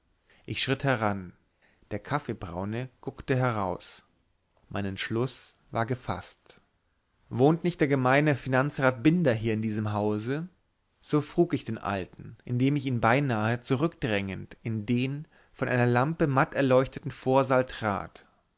ich schritt heran der kaffeebraune guckte heraus mein entschluß war gefaßt wohnt nicht der geheime finanzrat binder hier in diesem hause so frug ich den alten indem ich ihn beinahe zurückdrängend in den von einer lampe matt erleuchteten vorsaal trat